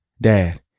Dad